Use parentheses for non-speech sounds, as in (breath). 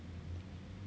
(breath)